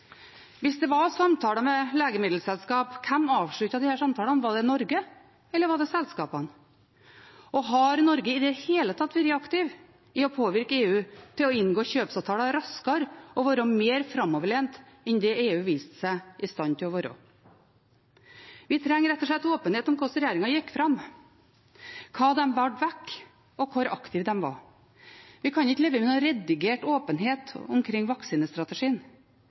Hvis det var samtaler med legemiddelselskap, hvem avsluttet disse samtalene – var det Norge, eller var det selskapene? Og har Norge i det hele tatt vært aktive for å påvirke EU til å inngå kjøpsavtaler raskere og å være mer framoverlent enn det EU viste seg i stand til å være? Vi trenger rett og slett åpenhet om hvordan regjeringen gikk fram, hva de valgte vekk, og hvor aktive de var. Vi kan ikke leve med noe redigert åpenhet omkring vaksinestrategien.